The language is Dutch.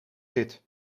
zit